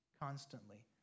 constantly